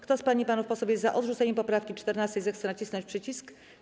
Kto z pań i panów posłów jest za odrzuceniem poprawki 14., zechce nacisnąć przycisk.